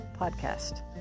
podcast